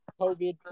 COVID